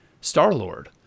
Star-Lord